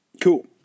Cool